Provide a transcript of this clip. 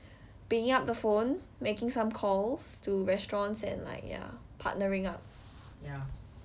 picking up the phone making some calls to restaurants and like ya partnering up